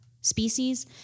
species